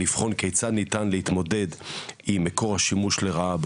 לבחון כיצד ניתן להתמודד עם כל השימוש לרעה,